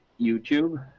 YouTube